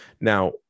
Now